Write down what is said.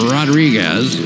Rodriguez